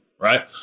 Right